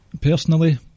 personally